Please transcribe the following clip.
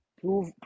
Prove